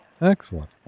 Excellent